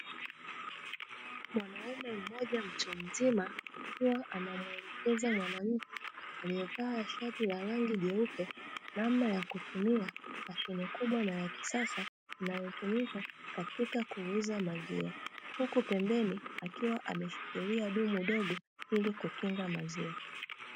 Mwanaume mmoja mtu mzima akiwa anamuelekeza mwanamke aliyevaa shati la rangi jeupe namna ya kutumia mashine kubwa na ya kisasa inayotumika katika kuuza maziwa, huku pembeni akiwa ameshikilia dumu dogo ili kukinga maziwa.